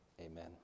amen